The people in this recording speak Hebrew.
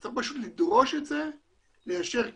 צריך פשוט לדרוש את זה וליישר קו.